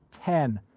ten,